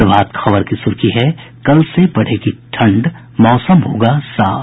प्रभात खबर की सुर्खी है कल से बढ़ेगी ठंड मौसम होगा साफ